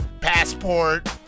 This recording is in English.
passport